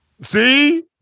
See